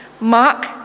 Mark